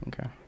Okay